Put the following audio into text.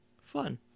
Fun